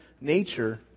nature